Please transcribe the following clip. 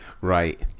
Right